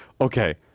okay